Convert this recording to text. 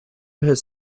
has